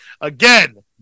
again